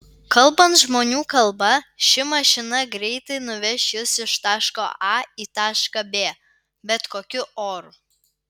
kalbant žmonių kalba ši mašina greitai nuveš jus iš taško a į tašką b bet kokiu oru